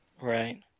Right